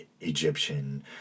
Egyptian